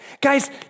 Guys